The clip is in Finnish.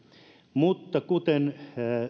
mutta kuten